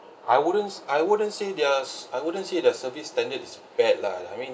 I wouldn't I wouldn't say their I wouldn't say the service standard is bad lah I mean